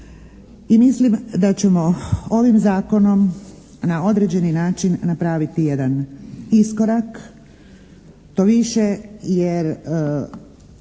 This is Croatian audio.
mislim da ćemo ovim Zakonom na određeni način napraviti jedan iskorak to više jer